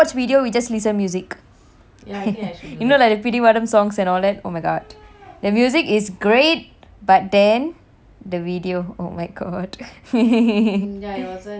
you know like P_D vaanam songs and all that oh my god their music is great but then the video oh my god it's not that nice lah it's not that nice